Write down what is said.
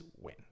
win